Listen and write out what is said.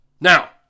Now